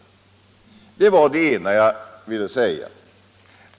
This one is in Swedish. Detta var det ena jag ville säga.